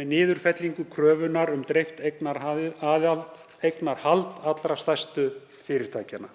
með niðurfellingu kröfunnar um dreift eignarhald allra stærstu fyrirtækjanna.